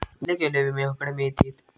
खयले खयले विमे हकडे मिळतीत?